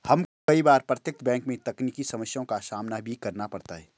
हमको कई बार प्रत्यक्ष बैंक में तकनीकी समस्याओं का सामना भी करना पड़ता है